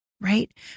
Right